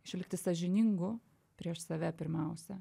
išlikti sąžiningu prieš save pirmiausia